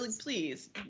please